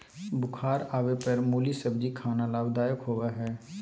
बुखार आवय पर मुली सब्जी खाना लाभदायक होबय हइ